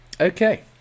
Okay